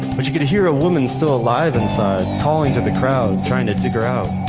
but she could hear a woman's still alive inside calling to the crowd, trying to dig her out.